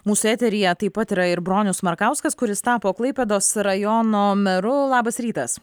mūsų eteryje taip pat yra ir bronius markauskas kuris tapo klaipėdos rajono meru labas rytas